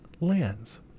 lens